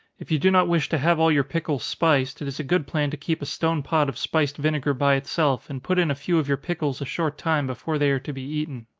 if you do not wish to have all your pickles spiced, it is a good plan to keep a stone pot of spiced vinegar by itself, and put in a few of your pickles a short time before they are to be eaten.